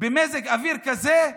במזג אוויר כזה,